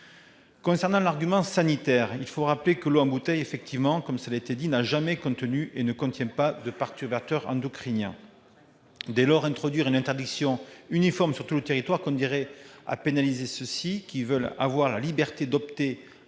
point de vue sanitaire, il faut rappeler que l'eau en bouteille, comme cela a été dit, n'a jamais contenu et ne contient pas de perturbateurs endocriniens. Dès lors, introduire une interdiction uniforme sur tout le territoire conduirait à pénaliser les territoires, qui veulent avoir la liberté d'opter